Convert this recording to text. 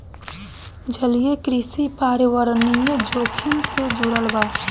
जलीय कृषि पर्यावरणीय जोखिम से जुड़ल बा